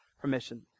permission